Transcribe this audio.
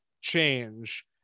change